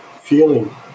feeling